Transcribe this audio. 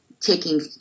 taking